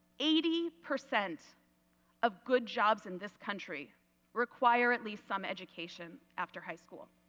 eighty percent of good jobs in this country require at least some education after high school.